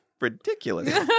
ridiculous